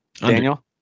Daniel